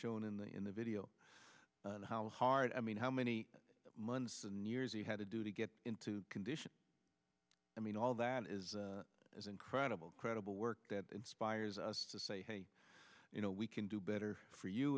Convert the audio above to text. shown in the in the video how hard i mean how many months and years you had to do to get into condition i mean all that is as incredible incredible work that inspires us to say hey you know we can do better for you